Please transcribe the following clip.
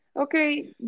Okay